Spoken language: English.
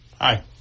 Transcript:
hi